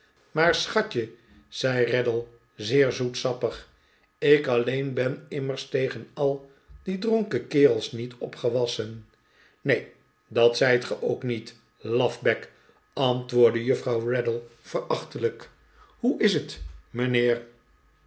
maar schatje zei raddle zeer zoetsappig ik alleen ben immers tegen al die dronken kerels niet opgewassen neen dat zijt ge ook niet lafbek antwoordde juffrouw raddle verachtelijk hoe is het mijnheer